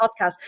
podcast